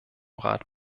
rat